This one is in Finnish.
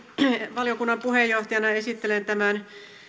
valiokunnan puheenjohtajana esittelen tämän